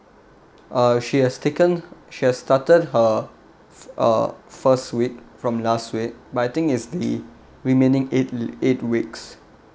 uh she has taken she has started her uh first week from last week but I think is the remaining eight eight weeks